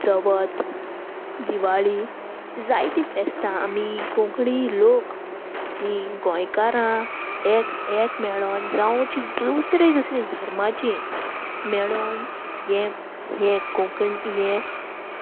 चवथ दिवाळी जायतीं फेस्तां आमी कोंकणी लोक ही गोंयकारां एक एक मेळोन जावचीं दुसरे दुसरे धर्माचीं मेळोन हें हें कोंकणी हें